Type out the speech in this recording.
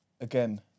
again